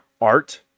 art